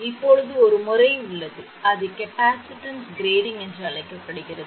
இப்போது ஒரு முறை உள்ளது அது கெப்பாசிட்டன்ஸ் கிரேடிங் என்று அழைக்கப்படுகிறது